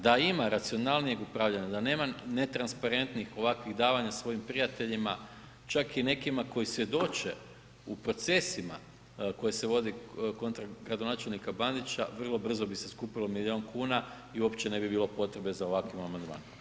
Da ima racionalnijeg upravljanja, da nema netransparentnih ovakvih davanja svojim prijateljima, čak i nekima koji svjedoče u procesima koji se vode kontra gradonačelnika Bandića, vrlo brzo bi se skupilo milijun kuna i uopće ne bi bilo potrebe za ovakvim amandmanom.